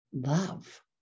love